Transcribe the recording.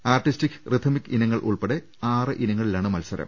artistic rhythmic ഇനങ്ങൾ ഉൾപ്പടെ ആറിനങ്ങളിലാണ് മത്സരം